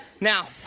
Now